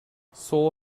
seoul